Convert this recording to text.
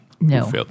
No